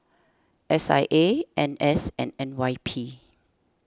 S I A N S and N Y P